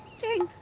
doing